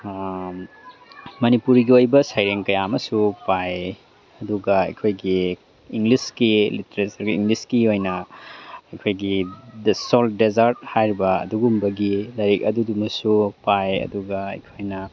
ꯃꯅꯤꯄꯨꯔꯤꯒꯤ ꯑꯣꯏꯕ ꯁꯩꯔꯦꯡ ꯀꯌꯥꯃꯁꯨ ꯄꯥꯏ ꯑꯗꯨꯒ ꯑꯩꯈꯣꯏꯒꯤ ꯏꯪꯂꯤꯁꯀꯤ ꯂꯤꯇ꯭ꯔꯦꯆꯔꯒꯤ ꯏꯪꯂꯤꯁꯀꯤ ꯑꯣꯏꯅ ꯑꯩꯈꯣꯏꯒꯤ ꯗ ꯁꯣꯜ ꯗꯦꯖꯥꯔꯠ ꯍꯥꯏꯔꯤꯕ ꯑꯗꯨꯒꯨꯝꯕꯒꯤ ꯂꯥꯏꯔꯤꯛ ꯑꯗꯨꯗꯨꯃꯁꯨ ꯄꯥꯏ ꯑꯗꯨꯒ ꯑꯩꯈꯣꯏꯅ